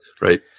right